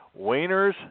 wieners